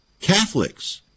Catholics